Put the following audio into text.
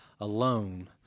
alone